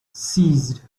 ceased